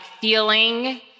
feeling